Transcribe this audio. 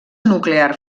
nuclear